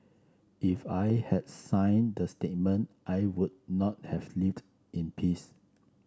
if I had signed that statement I would not have lived in peace